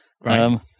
Right